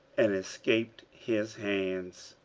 and escaped his hands.